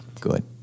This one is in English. Good